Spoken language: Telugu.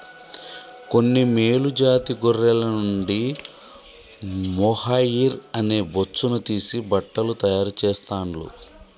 కొన్ని మేలు జాతి గొర్రెల నుండి మొహైయిర్ అనే బొచ్చును తీసి బట్టలను తాయారు చెస్తాండ్లు